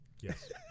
Yes